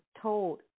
told